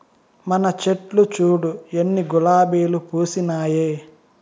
మన చెట్లు చూడు ఎన్ని గులాబీలు పూసినాయో